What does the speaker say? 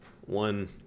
one